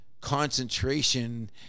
concentration